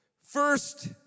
First